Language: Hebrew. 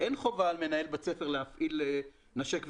אין חובה ען מנהל בית ספר להפעיל נשק וסע.